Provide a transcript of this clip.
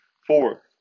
Four